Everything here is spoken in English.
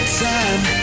time